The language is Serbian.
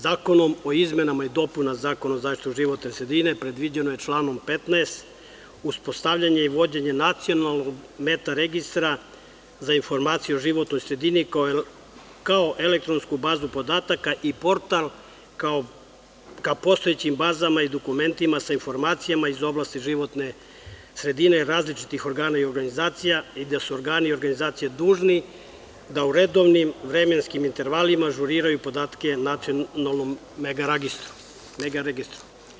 Zakonom o izmenama i dopunama Zakona o zaštiti životne sredine, predviđeno je članom 15. uspostavljanje i vođenje nacionalnog meta registra za informacije o životnoj sredini kao elektronsku bazu podataka i portal ka postojećim bazama i dokumentima sa informacijama iz oblasti životne sredine, različitih organa i organizacija i da su organi i organizacije dužni da u redovnim vremenskim intervalima ažuriraju podatke nacionalnom meta registru.